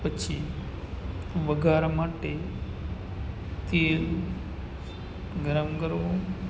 પછી વઘાર માટે તેલ ગરમ કરવું